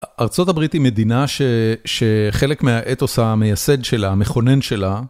ארה״ב היא מדינה ש... שחלק מהאתוס המייסד שלה, המכונן שלה.